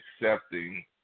accepting